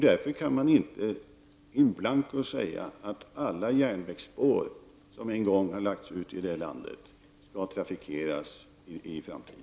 Därför kan man inte så att säga in blanco uttala att alla järnvägsspår som en gång har lagts ut i vårt land skall trafikeras i framtiden.